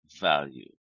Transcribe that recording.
value